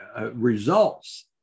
results